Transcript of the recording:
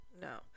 no